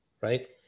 right